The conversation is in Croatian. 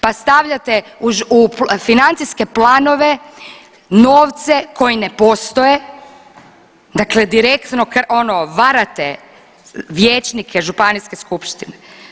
Pa stavljate u financijske planove novce koji ne postoje, dakle direktno ono varate vijećnike županijske skupštine.